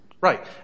right